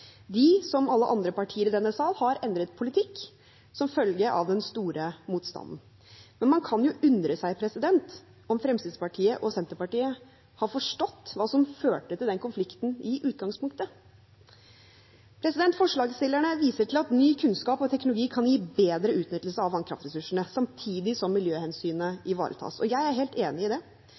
De, som alle andre partier i denne sal, har endret politikk som følge av den store motstanden. Men man kan jo undre seg om Fremskrittspartiet og Senterpartiet har forstått hva som førte til den konflikten i utgangspunktet. Forslagsstillerne viser til at ny kunnskap og teknologi kan gi bedre utnyttelse av vannkraftressursene samtidig som miljøhensynet ivaretas, og jeg er helt enig i det,